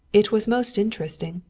it was most interesting.